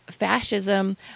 Fascism